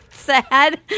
Sad